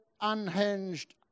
unhinged